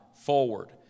forward